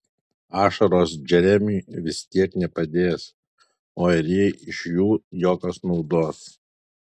ašaros džeremiui vis tiek nepadės o ir jai iš jų jokios naudos